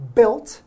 Built